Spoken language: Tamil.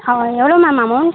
ஆ எவ்வளோ மேம் அமௌண்ட்